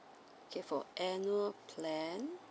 okay for annual plan